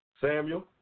Samuel